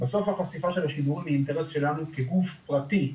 בסוף החשיפה של השידורים היא אינטרס שלנו כגוף פרטי,